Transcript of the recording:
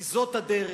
כי זאת הדרך,